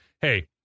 hey